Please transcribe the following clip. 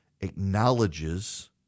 acknowledges